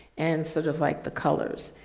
and sort of like the colors,